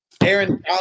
Aaron